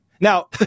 Now